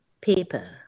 paper